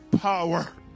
power